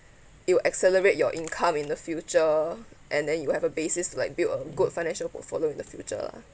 it will accelerate your income in the future and then you have a basis like build a good foundation portfolio in the future